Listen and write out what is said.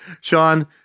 Sean